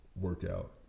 workout